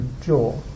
jaw